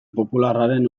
popularraren